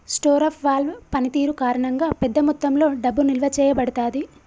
store off valve పనితీరు కారణంగా, పెద్ద మొత్తంలో డబ్బు నిల్వ చేయబడతాది